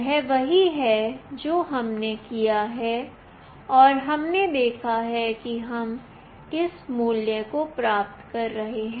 यह वही है जो हमने किया है और हमने देखा है कि हम किस मूल्य को प्राप्त कर रहे हैं